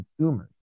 consumers